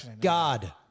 god